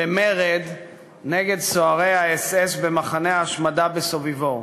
במרד נגד סוהרי האס.אס במחנה ההשמדה בסוביבור.